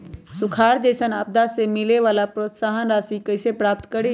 सुखार जैसन आपदा से मिले वाला प्रोत्साहन राशि कईसे प्राप्त करी?